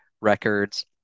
records